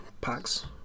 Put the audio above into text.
packs